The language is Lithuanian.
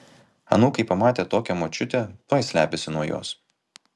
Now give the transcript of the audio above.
anūkai pamatę tokią močiutę tuoj slepiasi nuo jos